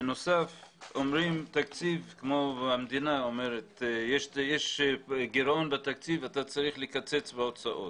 בנוסף המדינה אומרת שיש גירעון בתקציב ואתה צריך לקצץ בהוצאות.